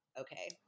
okay